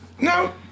No